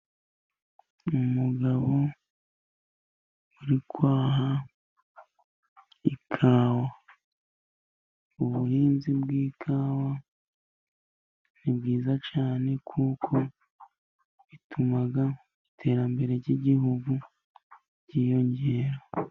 Umugabo uri kwaha ikawa. Ubuhinzi bw'ikawa ni bwiza cyane kuko butuma iterambera ry'igihugu ryiyongera.